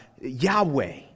Yahweh